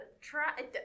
try